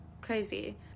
Crazy